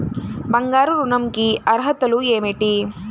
బంగారు ఋణం కి అర్హతలు ఏమిటీ?